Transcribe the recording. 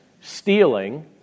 stealing